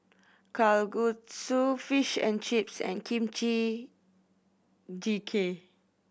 Kalguksu Fish and Chips and Kimchi Jjigae